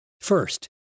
first